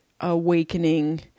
awakening